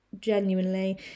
genuinely